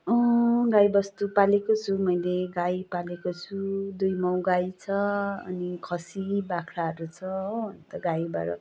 अँ गाई बस्तु पालेको छु मैले गाई पालेको छु दुई माउ गाई छ खसी बाख्राहरू छ गाईबाट